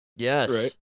Yes